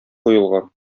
куелган